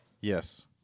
Yes